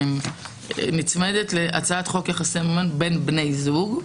אני נצמדת להצעת חוק יחסי ממון בין בני זוג,